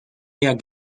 jak